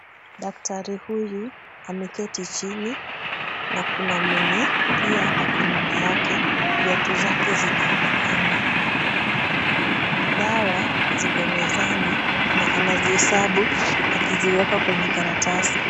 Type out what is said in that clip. Daktari huyu ameketi chini na kuna mwenye pia ako nyuma yake, viatu zake zinaonekana. Dawa ziko mezani na anazihesabu akiziweka kwenye karatasi.